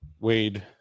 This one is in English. Wade